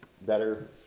better